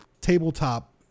tabletop